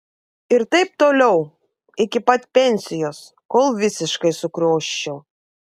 ir taip toliau iki pat pensijos kol visiškai sukrioščiau